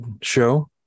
show